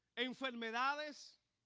and fineman others